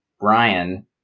Brian